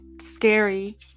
scary